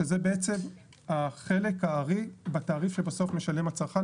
שזה בעצם החלק הארי בתעריף שבסוף משלם הצרכן.